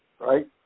right